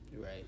right